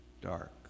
dark